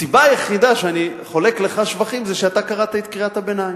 הסיבה היחידה שאני חולק לך שבחים זה שאתה קראת את קריאת הביניים.